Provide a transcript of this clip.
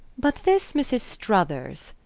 but this mrs. struthers,